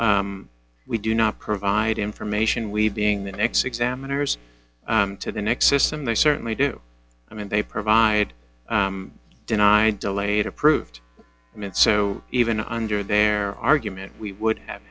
we do not provide information we being the next examiners to the next system they certainly do i mean they provide deny and delay it approved and so even under their argument we would have